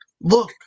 Look